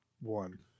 one